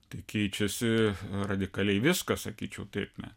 tai keičiasi radikaliai viskas sakyčiau taip ne